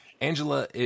Angela